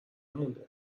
مونده